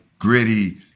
Gritty